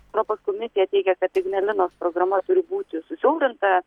europos komisija teigė kad ignalinos programa turi būti susiaurinta